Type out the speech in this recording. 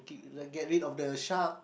keep like get rid of the shark